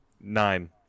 nine